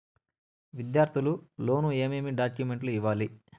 విద్యార్థులు లోను ఏమేమి డాక్యుమెంట్లు ఇవ్వాలి?